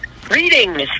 Greetings